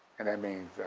and that means